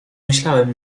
myślałem